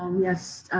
um yes,